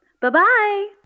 Bye-bye